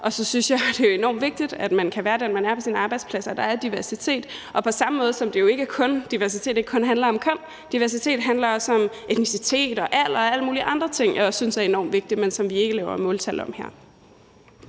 Og så synes jeg, at det er enormt vigtigt, at man kan være den, man er, på sin arbejdsplads, og at der er diversitet. På samme måde som diversitet ikke kun handler om køn, handler diversitet også om etnicitet, alder og alle mulige andre ting, jeg også synes er enormt vigtige, men som vi ikke laver måltal om her.